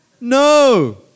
No